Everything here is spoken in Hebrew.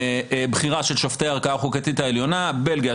הבחירה של שופטי הערכאה החוקתית העליונה בלגיה,